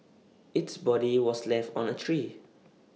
its body was left on A tree